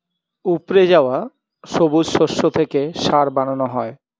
উপড়ে যাওয়া সবুজ শস্য থেকে সার বানানো হয়